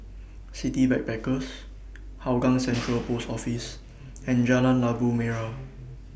City Backpackers Hougang Central Post Office and Jalan Labu Merah